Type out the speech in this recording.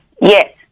Yes